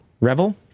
Revel